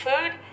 food